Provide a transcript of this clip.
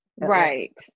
Right